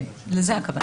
את הסיכוי להתגוננות.